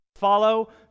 Follow